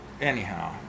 anyhow